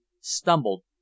stumbled